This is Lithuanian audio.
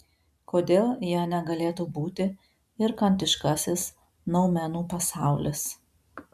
kodėl ja negalėtų būti ir kantiškasis noumenų pasaulis